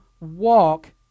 walk